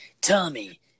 Tommy